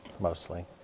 mostly